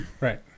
Right